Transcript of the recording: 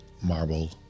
marble